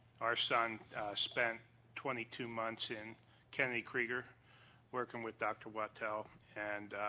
our son spent twenty two months in kennedy creeinger working with dr. watel and